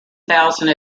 thousand